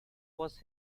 was